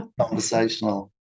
conversational